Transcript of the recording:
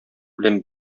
белән